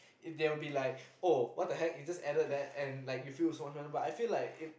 if they'll be like oh what the heck you just added that and you feel so much better but I feel like it